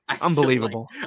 Unbelievable